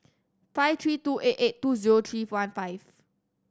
five three two eight eight two zero three one five